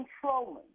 controlling